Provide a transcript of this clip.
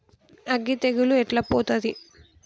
అగ్గి తెగులు ఎట్లా పోతది?